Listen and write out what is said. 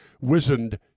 wizened